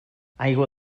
aigua